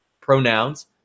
pronouns